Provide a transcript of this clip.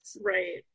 Right